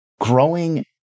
growing